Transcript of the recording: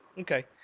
Okay